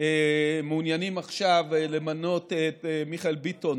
מעוניינים עכשיו למנות את מיכאל ביטון